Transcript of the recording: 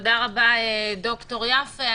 תודה רבה, ד"ר יפה.